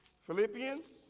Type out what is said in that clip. philippians